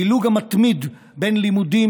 הדילוג המתמיד בין לימודים,